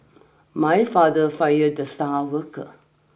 my father fired the star worker